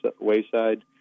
wayside